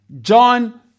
John